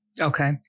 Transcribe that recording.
Okay